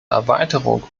erweiterung